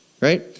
right